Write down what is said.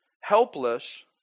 Helpless